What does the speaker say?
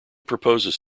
proposes